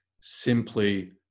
simply